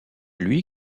lui